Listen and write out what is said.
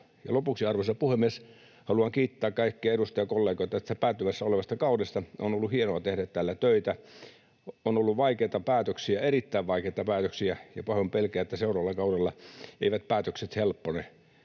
Lopuksi, arvoisa puhemies, haluan kiittää kaikkia edustajakollegoita tästä päättymässä olevasta kaudesta. On ollut hienoa tehdä täällä töitä. On ollut vaikeita päätöksiä, erittäin vaikeita päätöksiä, ja pahoin pelkään, että seuraavalla kaudella eivät päätökset helppone